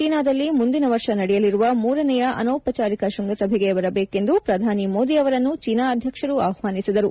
ಚೀನಾದಲ್ಲಿ ಮುಂದಿನ ವರ್ಷ ನಡೆಯಲಿರುವ ಮೂರನೆಯ ಅನೌಪಚಾರಿಕ ಶೃಂಗಸಭೆಗೆ ಬರಬೇಕೆಂದು ಪ್ರಧಾನಿ ಮೋದಿ ಅವರನ್ನು ಚೀನಾ ಅಧ್ಯಕ್ಷರು ಆಹ್ವಾನಿಸಿದರು